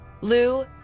Lou